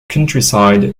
countryside